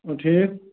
آ ٹھیٖک